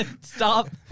Stop